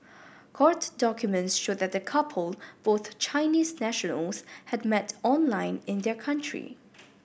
court documents show that the couple both Chinese nationals had met online in their country